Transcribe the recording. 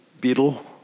Beetle